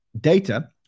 data